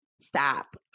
Stop